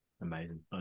amazing